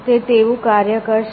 તે તેવું કાર્ય કરશે